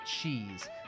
Cheese